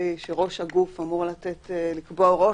שרוב הגוף אמור לקבוע הוראות,